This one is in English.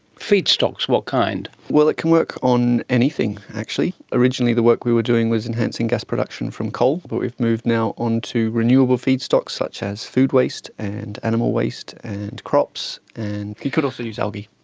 feedstocks? what kind? well, it can work on anything actually. originally the work we were doing was enhancing gas production from coal, but we've moved now on to renewable feedstocks such as food waste and animal waste and crops and you could also use algae.